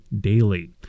daily